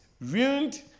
ruined